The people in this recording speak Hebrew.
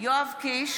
יואב קיש,